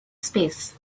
space